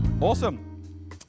Awesome